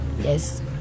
Yes